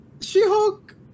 She-Hulk